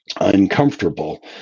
uncomfortable